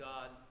God